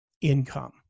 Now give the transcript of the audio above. income